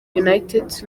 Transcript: united